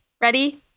Ready